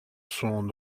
son